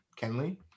kenley